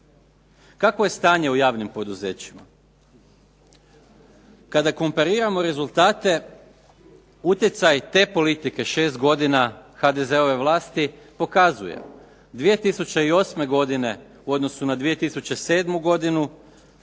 Kakvo je stanje u javnim poduzećima? Kada kompariramo rezultate utjecaj te politike šest godina HDZ-ove vlasti pokazuje 2008. godine u odnosu na 2007. godinu